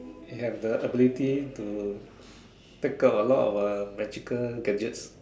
he have the ability to take out a lot of uh magical gadgets